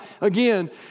again